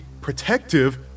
protective